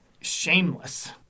shameless